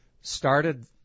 started